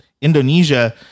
Indonesia